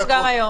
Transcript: זה הכל.